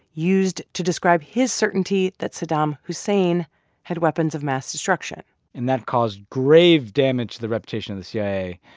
used to describe his certainty that saddam hussein had weapons of mass destruction and that caused grave damage to the reputation of the cia,